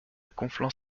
conflans